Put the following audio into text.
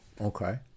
Okay